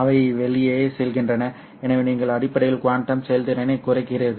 அவை வழியே செல்கின்றன எனவே நீங்கள் அடிப்படையில் குவாண்டம் செயல்திறனைக் குறைக்கிறீர்கள்